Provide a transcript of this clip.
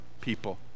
people